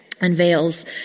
unveils